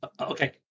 okay